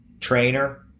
trainer